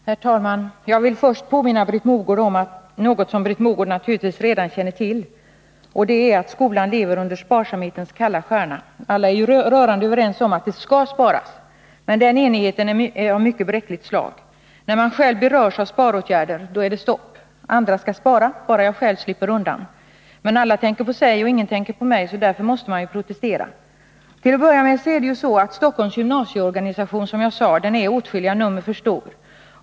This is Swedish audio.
Herr talman! Jag vill först påminna Britt Mogård om någonting som Britt Mogård naturligtvis redan känner till, och det är att skolan lever under sparsamhetens kalla stjärna. Alla är ju rörande överens om att det skall sparas, men den enigheten är av mycket bräckligt slag. När man själv berörs av sparåtgärder, då är det stopp; andra skall spara — bara jag själv slipper undan! Men när alla andra tänker på sig och ingen tänker på mig, måste man ju protestera. För det första är det ju som jag sade så, att Stockholms gymnasieorganisation är åtskilliga nummer för stor.